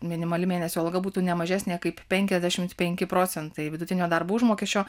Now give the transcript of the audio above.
minimali mėnesio alga būtų ne mažesnė kaip penkiasdešimt penki procentai vidutinio darbo užmokesčio